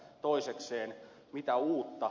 toisekseen mitä uutta